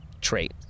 trait